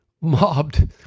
mobbed